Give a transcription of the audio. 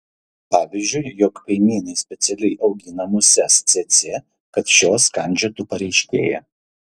pavyzdžiui jog kaimynai specialiai augina muses cėcė kad šios kandžiotų pareiškėją